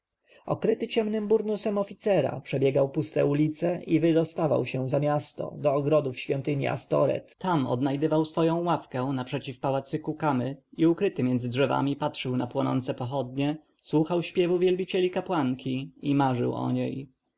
okryty ciemnym burnusem oficera przebiegał puste ulice i wydostawał się za miasto do ogrodów świątyni astoreth tam odnajdywał swoją ławkę naprzeciw pałacyku kamy i ukryty między drzewami patrzył na płonące pochodnie słuchał śpiewu wielbicieli kapłanki i marzył o niej